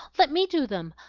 let me do them!